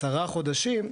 עשרה חודשים,